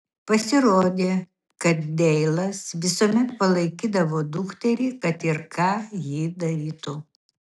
pasirodė kad deilas visuomet palaikydavo dukterį kad ir ką ji darytų